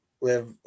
live